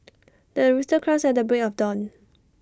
the rooster crows at the break of dawn